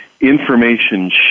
information